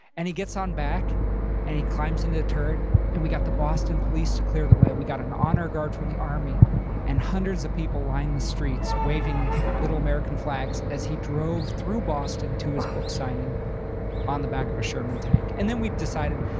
and he gets on back and he climbs into the turret and we got the boston police to clear the way. we got an honor guard from the army and hundreds of people lined the streets, waving little american flags as he drove through boston to his book signing on the back of a sherman tank. and then we decided,